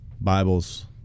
Bibles